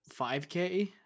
5k